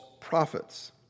prophets